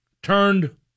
Turned